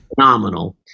phenomenal